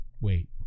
Wait